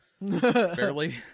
barely